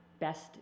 best